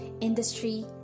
industry